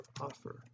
offer